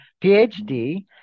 PhD